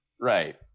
right